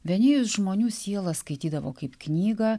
venėjus žmonių sielas skaitydavo kaip knygą